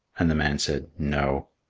and the man said, no.